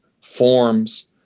forms